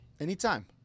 Anytime